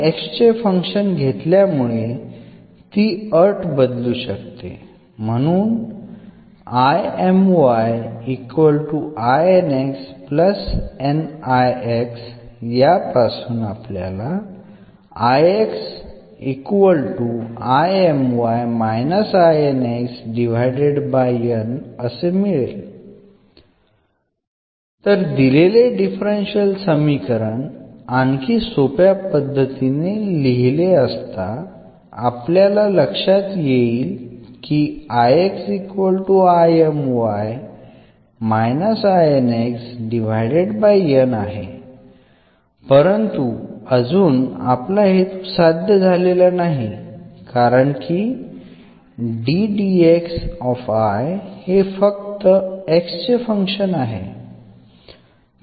फक्त x चे function घेतल्यामुळे ती अट बदलू शकते म्हणून तर दिलेले डिफरन्शियल समीकरण आणखी सोप्या पद्धतीने लिहिले असता आपल्या लक्षात येईल की आहे परंतु अजून आपला हेतू साध्य झालेला नाही कारण की हे फक्त x चे फंक्शन आहे